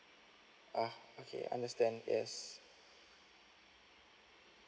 ah okay understand yes